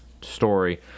story